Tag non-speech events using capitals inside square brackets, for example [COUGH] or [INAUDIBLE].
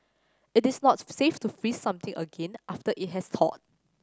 it is not [UNINTELLIGIBLE] safe to freeze something again after it has thawed